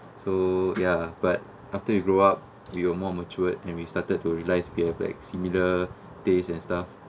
so ya but after you grow up we're more matured and we started to realise we have like similar taste and stuff